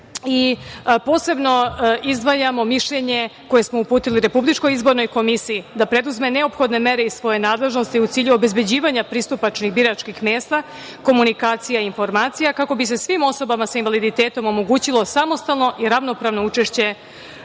i posebno izdvajamo mišljenje koje smo uputili RIK, da preduzme neophodne mere iz svoje nadležnosti u cilju obezbeđivanja pristupačnih biračkih mesta, komunikacija i informacija, kako bi se svim osobama sa invaliditetom omogućilo samostalno i ravnopravno učešće